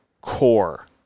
core